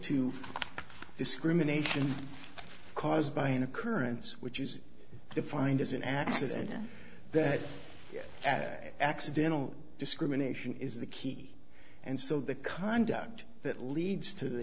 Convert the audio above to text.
to discrimination caused by an occurrence which is defined as an accident that accidental discrimination is the key and so the conduct that leads to the